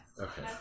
Okay